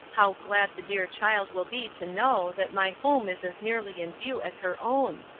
how glad the dear child will be to know that my home is as nearly in view as her own.